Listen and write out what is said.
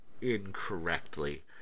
incorrectly